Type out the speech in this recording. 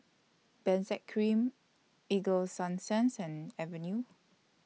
Benzac Cream Ego Sunsense and Avenue